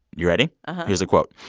you ready? uh-huh here's a quote.